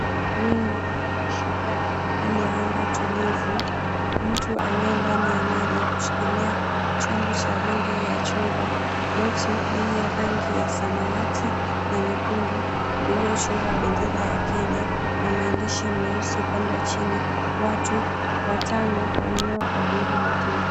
Wingu linaloashiria hali ya anga tulivu, mtu aliye ndani ya maji akishikilia chombo cha rangi ya chungwa. Boti lenye rangi ya samawati na mwekundu illiyochorwa bendera ya Kenya na maandishi meusi upande wa chini. Watu watano walioabiri boti hilo.